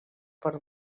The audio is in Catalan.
per